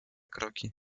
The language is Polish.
kroki